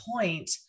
point